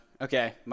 Okay